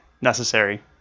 necessary